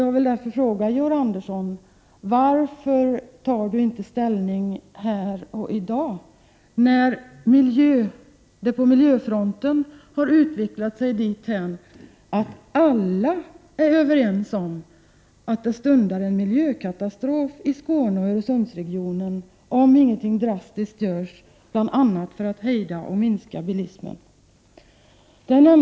Jag vill därför fråga varför Georg Andersson inte tar ställning här och i dag, när utvecklingen på miljöfronten har gått dithän att alla är överens om att det stundar en miljökatastrof i Skåne och Öresundsregionen om ingenting drastiskt görs, bl.a. för att hejda och minska bilismen.